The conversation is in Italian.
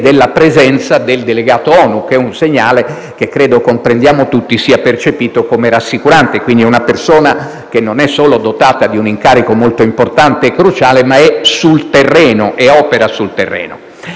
della presenza del delegato ONU, un segnale che credo comprendiamo tutti sia percepito come rassicurante. Stiamo parlando quindi di una persona che non solo è dotata di un incarico molto importante e cruciale, ma è e opera sul terreno.